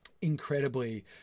incredibly